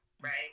Right